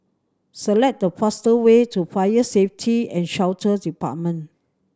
select the fastest way to Fire Safety And Shelter Department